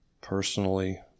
personally